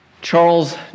Charles